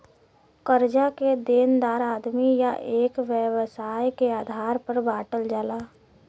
कर्जा के देनदार आदमी या एक व्यवसाय के आधार पर बांटल जाला